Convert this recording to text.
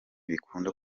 bikunda